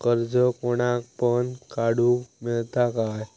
कर्ज कोणाक पण काडूक मेलता काय?